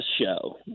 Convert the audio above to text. show